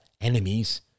enemies